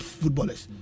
footballers